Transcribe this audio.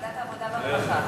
ועדת העבודה והרווחה.